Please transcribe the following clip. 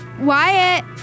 Wyatt